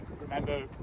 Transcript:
remember